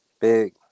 big